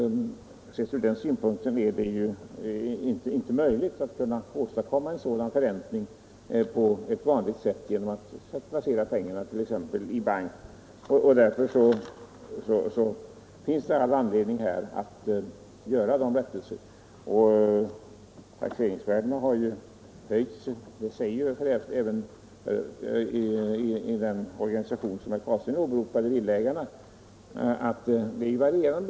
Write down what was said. Sett ur den synpunkten är det inte möjligt att åstadkomma en sådan förräntning genom att på vanligt sätt placera pengarna t.ex. i bank. Mot denna bakgrund finns det all anledning att göra rättelser. Och taxeringsvärdena har ju höjts med varierande belopp — det säger även den organisation som herr Carlstein åberopade, Sveriges Villaägareförbund.